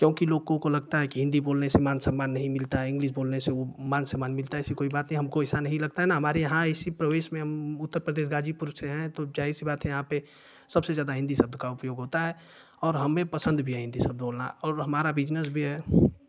क्योंकि लोगों को लगता है कि हिन्दी बोलने से मान सम्मान नहीं मिलता हैं इंग्लिस बोलने से ऊ मान सम्मान नहीं मिलता है ऐसी कोई बात नहीं है हमको ऐसा नहीं लगता है न हमारे यहाँ ऐसी प्रवेश में हम उत्तर प्रदेश ग़ाज़ीपुर से हैं तो जाहीर सी बात है यहाँ पर सबसे ज़्यादा हिन्दी शब्द का उपयोग होता है और हमे पसंद भी है हिन्दी शब्द बोलना और हमारा बिजनेस भी है